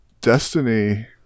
Destiny